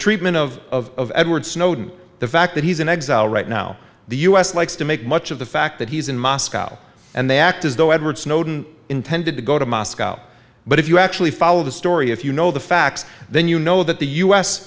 treatment of edward snowden the fact that he's in exile right now the u s likes to make much of the fact that he's in moscow and they act as though edward snowden intended to go to moscow but if you actually follow the story if you know the facts then you know that the u